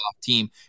team